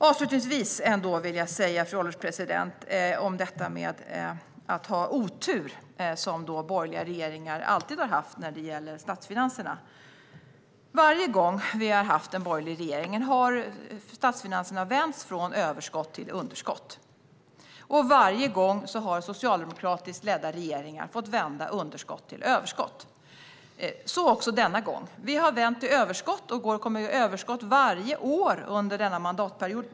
Avslutningsvis, fru ålderspresident, vill jag säga något om detta med att ha otur, vilket borgerliga regeringar alltid har haft när det gäller statsfinanserna. Varje gång vi har haft en borgerlig regering har statsfinanserna vänts från överskott till underskott, och varje gång har socialdemokratiskt ledda regeringar fått vända underskott till överskott. Så också denna gång - vi har vänt till överskott och kommer att gå med överskott varje år under denna mandatperiod.